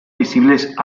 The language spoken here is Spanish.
visibles